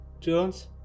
Jones